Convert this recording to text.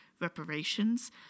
reparations